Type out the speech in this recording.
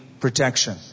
protection